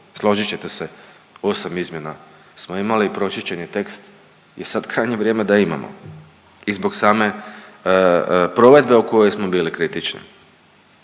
Složit ćete se, 8 izmjena smo imali i pročišćeni tekst je sad krajnje vrijeme da imamo i zbog same provedbe o kojoj smo bili kritični.